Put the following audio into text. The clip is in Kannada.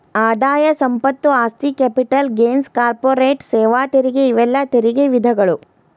ಆದಾಯ ಸಂಪತ್ತು ಆಸ್ತಿ ಕ್ಯಾಪಿಟಲ್ ಗೇನ್ಸ್ ಕಾರ್ಪೊರೇಟ್ ಸೇವಾ ತೆರಿಗೆ ಇವೆಲ್ಲಾ ತೆರಿಗೆ ವಿಧಗಳು